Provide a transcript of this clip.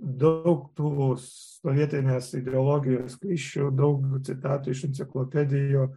daug tų sovietinės ideologijos klišių daug citatų iš enciklopedijų